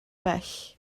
bell